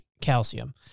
calcium